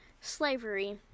Slavery